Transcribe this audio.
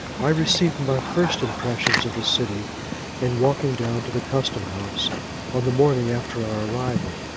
i received my first impressions of the city in walking down to the custom-house on the morning after our arrival,